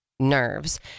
nerves